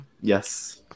Yes